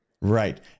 right